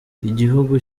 iguhugu